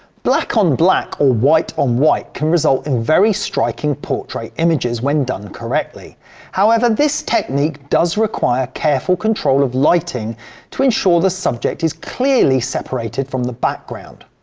black on black or white on white can result in very striking portrait images when done correctly however this technique does require careful control of lighting to ensure the subject is clearly separated from the background.